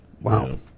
Wow